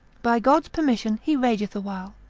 by god's permission he rageth a while,